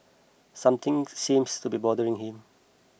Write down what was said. something seems to be bothering him